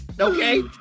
Okay